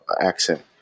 accent